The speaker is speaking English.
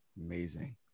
Amazing